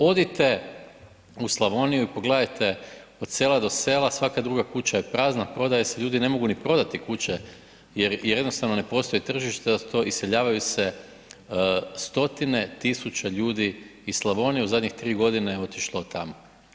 Odite u Slavoniju i pogledajte od sela do sela, svaka druga kuća je prazna, prodaje se, ljudi ne mogu ni prodati kuće jer jednostavno ne postoji tržište, to iseljavaju se stotine tisuća ljudi iz Slavoniji, u zadnjih 3 godine otišlo od tamo.